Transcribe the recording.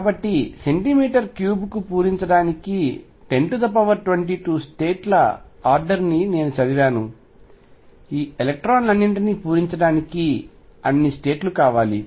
కాబట్టి సెంటీమీటర్ క్యూబ్కు పూరించడానికి 1022 స్టేట్ ల ఆర్డర్ ని నేను చదివాను ఈ ఎలక్ట్రాన్లన్నింటినీ పూరించడానికి అన్ని స్టేట్ లు కావాలి